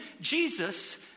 Jesus